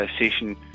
session